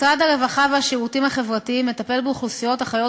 משרד הרווחה והשירותים החברתיים מטפל באוכלוסיות החיות